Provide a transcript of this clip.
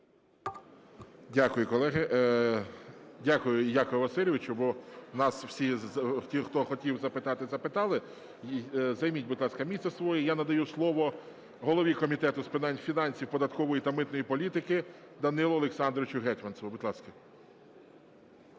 Дякую, колеги. Дякую, Якове Васильовичу. Бо нас всі ті, хто хотів запитати, запитали. Займіть, будь ласка, місце своє. Я надаю слово голові Комітету з питань фінансів, податкової та митної політики Данилу Олександровичу Гетманцеву. Будь ласка.